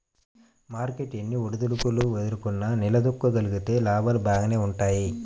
market ఎన్ని ఒడిదుడుకులు ఎదుర్కొన్నా నిలదొక్కుకోగలిగితే లాభాలు బాగానే వుంటయ్యి